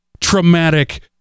traumatic